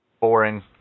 boring